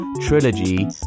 trilogy